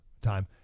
time